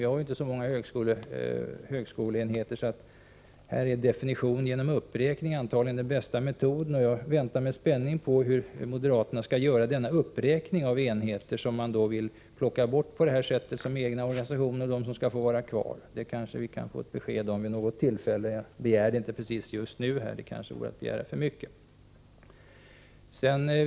Vi har inte så många högskoleenheter, och definition genom uppräkning är därför antagligen den bästa metoden. Jag väntar med spänning på besked om hur moderaterna skall göra denna uppräkning av enheter, som man vill plocka bort som egna organisationer och vilka som skall få vara kvar. Vi kanske kan få ett besked om det vid något tillfälle. Jag begär inte att få det just nu, eftersom det kanske är att begära för mycket.